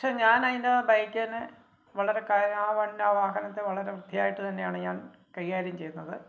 പക്ഷേ ഞാനതിന്റെ ബൈക്കിനെ വളരെ കാര്യാ ആ വ ആ വാഹനത്തിനെ വളരെ വൃത്തിയായിട്ട് തന്നെ ആണ് ഞാന് കൈകാര്യം ചെയ്യുന്നത്